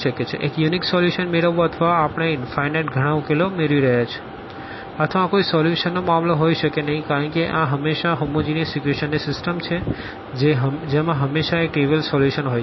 એક unique solution મેળવવું અથવા આપણે ઇનફાઈનાઈટ ઘણા ઉકેલો મેળવી રહ્યા છીએ અથવા આ કોઈ સોલ્યુશનનો મામલો હોઈ શકે નહીં કારણ કે આ હંમેશાં આ હોમોજીનસ ઇક્વેશન ની સિસ્ટમ છે જેમાં હંમેશાં એક ટ્રીવિઅલ સોલ્યુશન હોય છે